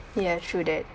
ya true that